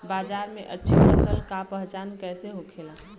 बाजार में अच्छी फसल का पहचान कैसे होखेला?